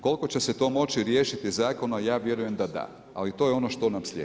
Koliko će se to moći riješiti zakonom ja vjerujem da da, ali to je ono što nam slijedi.